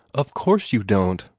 of course you don't!